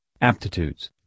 aptitudes